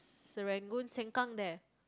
Serangoon sengkang there